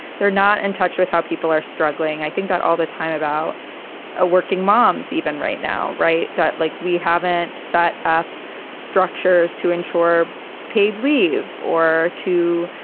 they're not in and touch with how people are struggling. i think that all the time about ah working moms even right now. right. that like, we haven't set up structures to ensure paid leave or to,